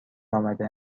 آمده